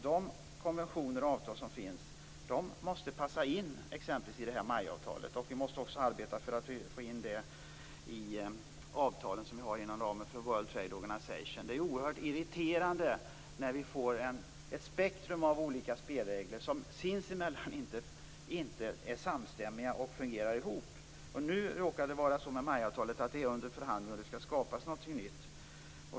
De konventioner och avtal som finns måste därför passa in i exempelvis MAI-avtalet. Vi måste också arbeta för att få in det i avtalen som vi har inom ramen för World Trade Det är oerhört irriterande när vi får ett spektrum av olika spelregler som inte är samstämmiga sinsemellan och fungerar ihop. Nu råkar det vara så med MAI avtalet att det är under förhandling och att det skall skapas någonting nytt.